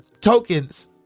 tokens